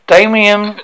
Damian